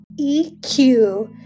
EQ